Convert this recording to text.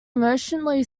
emotionally